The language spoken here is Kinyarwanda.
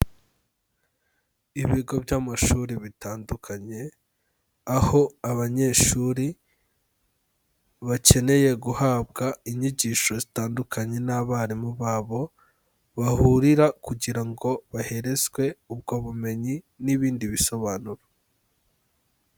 Ibigo by'amashuri bitandukanye, aho abanyeshuri bakeneye guhabwa inyigisho zitandukanye n'abarimu babo bahurira, kugira ngo baherezwe ubwo bumenyi n'ibindi bisobanuro.